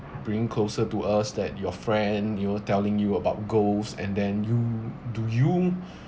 bring closer to us that your friend you know telling you about ghosts and then you do you